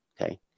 okay